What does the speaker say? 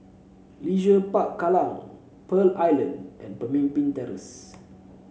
Leisure Park Kallang Pearl Island and Pemimpin Terrace